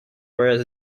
whereas